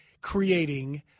creating